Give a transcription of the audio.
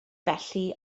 felly